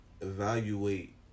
evaluate